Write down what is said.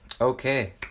Okay